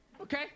okay